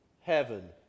heaven